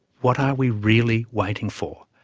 what are we really waiting for?